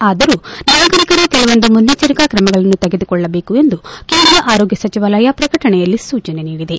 ಆದರೂ ನಾಗರಿಕರು ಕೆಲವೊಂದು ಮುನ್ನೆಚ್ಚರಿಕಾ ಕ್ರಮಗಳನ್ನು ತೆಗೆದುಕೊಳ್ಳಬೇಕು ಎಂದು ಕೇಂದ್ರ ಆರೋಗ್ಯ ಸಚಿವಾಲಯ ಪ್ರಕಟನೆಯಲ್ಲಿ ಸೂಚನೆ ನೀಡಿದೆ